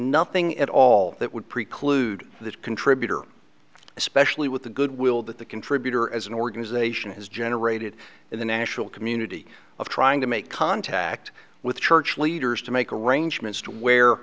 nothing at all that would preclude that contributor especially with the goodwill that the contributor as an organization has generated in the national community of trying to make contact with church leaders to make arrangements to where